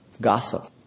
gossip